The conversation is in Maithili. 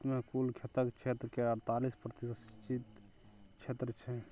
भारत मे कुल खेतक क्षेत्र केर अड़तालीस प्रतिशत सिंचित क्षेत्र छै